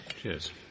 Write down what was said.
Cheers